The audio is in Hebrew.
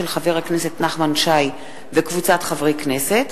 של חבר הכנסת נחמן שי וקבוצת חברי הכנסת,